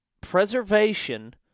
preservation